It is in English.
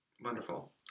Wonderful